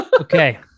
okay